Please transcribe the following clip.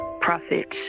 profits